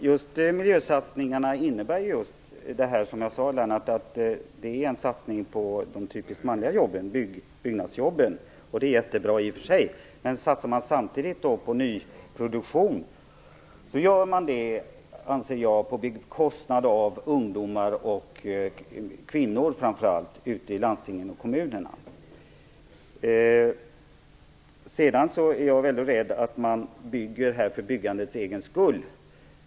Herr talman! Miljösatsningarna innebär ju just det här som jag sade, Lennart Nilsson, att det är en satsning på de typiskt manliga jobben, byggnadsjobben, och det är jättebra i och för sig. Men satsar man samtidigt på nyproduktion, så gör man det, anser jag, på bekostnad av ungdomar och kvinnor framför allt ute i landstingen och kommunerna. Jag är väldigt rädd att man bygger för byggandets egen skull.